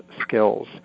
skills